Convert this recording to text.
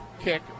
kick